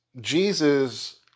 Jesus